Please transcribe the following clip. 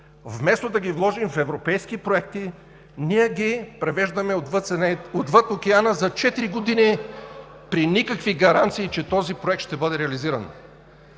вместо да ги вложим в европейски проекти, ние ги привеждаме отвъд океана за четири години при никакви гаранции, че този проект ще бъде реализиран.